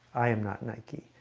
i am not nike.